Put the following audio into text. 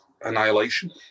Annihilation